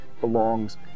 belongs